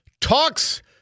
Talks